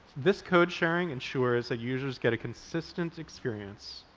this code-sharing ensures that users get a consistent experience,